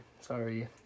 sorry